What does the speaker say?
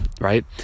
right